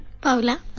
Paula